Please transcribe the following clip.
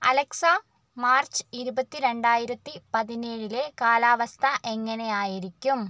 Alexa March ഇരുപത്തി രണ്ടായിരത്തി പതിനേഴിലേ കാലാവസ്ഥ എങ്ങനെയായിരിക്കും